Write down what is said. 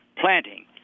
planting